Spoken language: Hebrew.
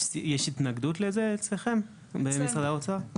יש התנגדות לזה אצלכם, במשרד האוצר?